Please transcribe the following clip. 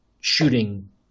shooting